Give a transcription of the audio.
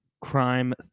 crime